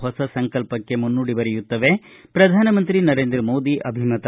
ಹೊಸ ಸಂಕಲ್ಪಕ್ಷೆ ಮುನ್ನುಡಿ ಬರೆಯುತ್ತವೆ ಪ್ರಧಾನ ಮಂತ್ರಿ ನರೇಂದ್ರ ಮೋದಿ ಅಭಿಮತ